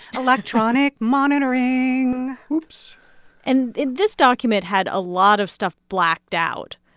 electronic monitoring whoops and this document had a lot of stuff blacked out,